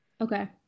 Okay